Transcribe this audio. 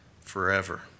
forever